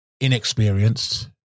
inexperienced